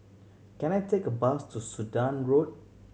can I take a bus to Sudan Road